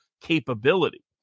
capability